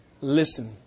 Listen